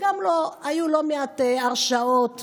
שגם לו היו לא מעט הרשעות,